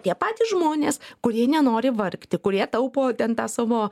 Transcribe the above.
tie patys žmonės kurie nenori vargti kurie taupo ten tą savo